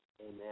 Amen